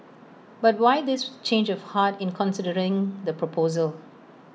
but why this change of heart in considering the proposal